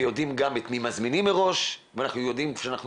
ויודעים גם את מי מזמינים מראש ואנחנו יודעים שאנחנו